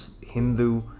Hindu